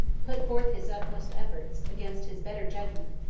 put forth his utmost efforts, against his better judgment,